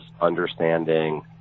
understanding